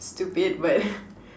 stupid but